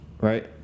right